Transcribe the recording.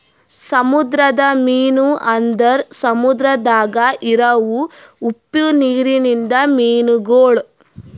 ಸಮುದ್ರದ ಮೀನು ಅಂದುರ್ ಸಮುದ್ರದಾಗ್ ಇರವು ಉಪ್ಪು ನೀರಿಂದ ಮೀನುಗೊಳ್